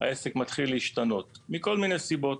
העסק מתחיל להשתנות מכל מיני סיבות.